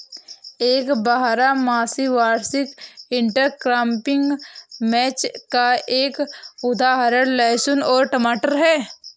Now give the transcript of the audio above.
एक बारहमासी वार्षिक इंटरक्रॉपिंग मैच का एक उदाहरण लहसुन और टमाटर है